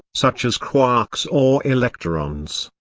such as quarks or electrons.